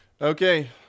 okay